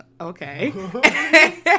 okay